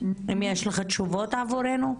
אם יש לך תשובות עבורנו.